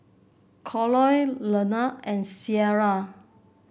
Colie Leonore and Ciera